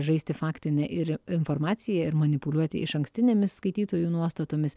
žaisti faktine ir informacija ir manipuliuoti išankstinėmis skaitytojų nuostatomis